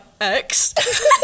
ex